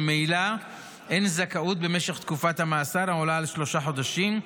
ממילא אין זכאות במשך תקופת המאסר העולה על שלושה חודשים,